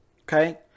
okay